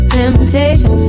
temptation